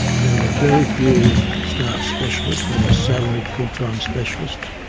there were very few staff specialists, that is, salaried full-time specialists.